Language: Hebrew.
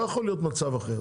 לא יכול להיות מצב אחר.